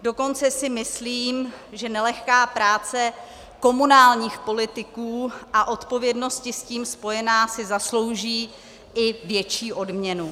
Dokonce si myslím, že nelehká práce komunálních politiků a odpovědnosti s tím spojené si zaslouží i větší odměnu.